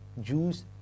Jews